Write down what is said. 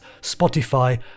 Spotify